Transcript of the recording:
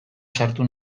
sartu